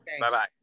Bye-bye